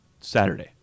Saturday